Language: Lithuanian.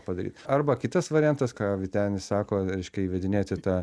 padaryt arba kitas variantas ką vytenis sako reiškia įvedinėti tą